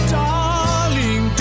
darling